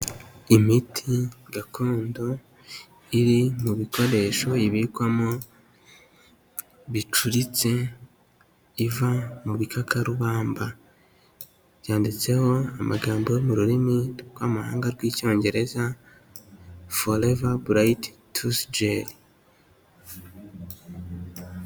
Imiti gakondo iri mu bikoresho ibikwamo bicuritse iva mu bikarubamba. Byanditseho amagambo yo mu rurimi rw'amahanga rw'Icyongereza forever bright toothgel.